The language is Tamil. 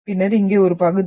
பின்னர் இங்கே ஒரு பகுதி